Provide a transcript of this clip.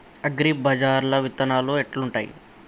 అగ్రిబజార్ల విత్తనాలు ఎట్లుంటయ్?